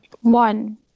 one